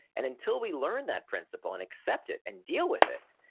and until we learn that principle, and accept it, and deal with it,